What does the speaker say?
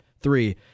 three